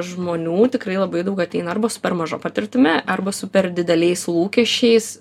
žmonių tikrai labai daug ateina arba su per maža patirtimi arba su per dideliais lūkesčiais